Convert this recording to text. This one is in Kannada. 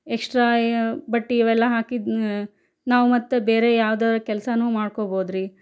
ಎಕ್ಷ್ಟ್ರಾ ಯ ಬಟ್ಟೆ ಇವೆಲ್ಲ ಹಾಕಿದ್ದು ನಾವು ಮತ್ತೆ ಬೇರೆ ಯಾವ್ದೇ ಕೆಲ್ಸನೂ ಮಾಡ್ಕೊಳ್ಬೋದ್ರಿ